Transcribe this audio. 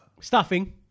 Stuffing